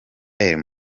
robert